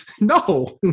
no